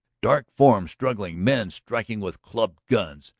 dark forms struggling, men striking with clubbed guns,